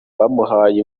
bamuhaye